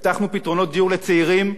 הבטחנו פתרונות דיור לצעירים,